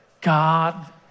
God